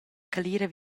calira